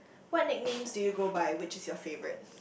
what nicknames do you go by which is your favourite